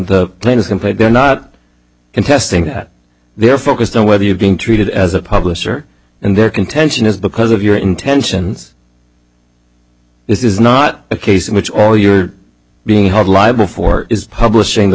do not contesting that they're focused on whether you're being treated as a publisher and their contention is because of your intentions this is not a case in which all you're being held liable for is publishing the